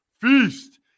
feast